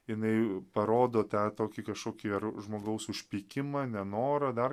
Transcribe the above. jinai parodo tą tokį kažkokį ar žmogaus užpykimą nenorą dar